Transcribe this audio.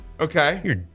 Okay